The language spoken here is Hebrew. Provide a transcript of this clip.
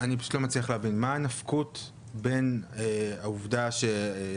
אני פשוט לא מצליח להבין מה הנפקות בין העובדה שתושב